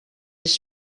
his